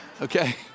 okay